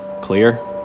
Clear